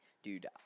Dude